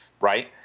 Right